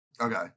Okay